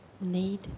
need